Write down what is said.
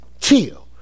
Chill